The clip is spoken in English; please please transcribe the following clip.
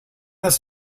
this